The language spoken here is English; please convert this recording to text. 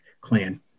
clan